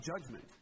judgment